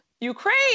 Ukraine